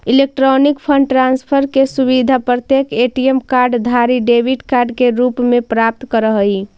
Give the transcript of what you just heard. electronic fund transfer के सुविधा प्रत्येक ए.टी.एम कार्ड धारी डेबिट कार्ड के रूप में प्राप्त करऽ हइ